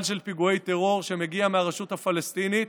של פיגועי טרור שמגיע מהרשות הפלסטינית.